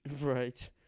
Right